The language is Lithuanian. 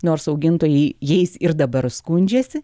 nors augintojai jais ir dabar skundžiasi